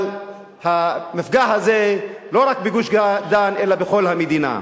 אבל המפגע הזה לא רק בגוש-דן אלא בכל המדינה.